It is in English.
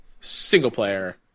single-player